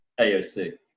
AOC